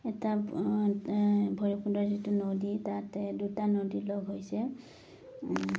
এটা ভৈৰৱকুণ্ডৰ যিটো নদী তাতে দুটা নদী লগ হৈছে